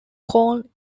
colne